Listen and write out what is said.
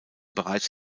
bereits